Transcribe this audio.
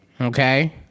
Okay